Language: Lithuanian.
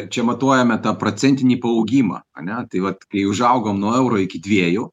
čia matuojame tą procentinį paugimą ane tai vat kai užaugom nuo euro iki dviejų